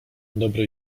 dobry